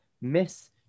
Miss